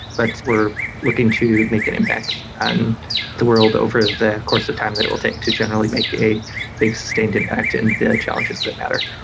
but we're looking to make an impact on and the world over the course of time that it will take to generally make a big sustained impact in the challenges that matter.